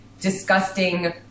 disgusting